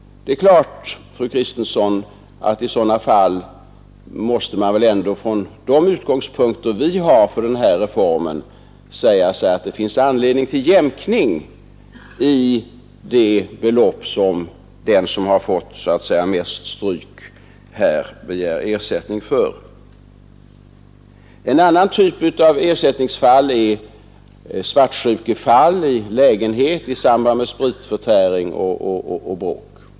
I sådana fall måste vi ändå, fru Kristensson, med de utgångspunkter som vi har för reformen säga oss att det finns anledning till jämkning av det ersättningsbelopp som begärs av den som har fått så att säga mest stryk. En annan typ av ersättning gäller svartsjukefall och lägenhetsbråk i samband med spritförtäring.